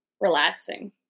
relaxing